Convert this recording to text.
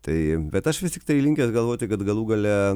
tai bet aš vis tiktai linkęs galvoti kad galų gale